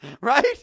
right